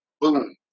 boom